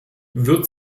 wird